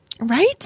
Right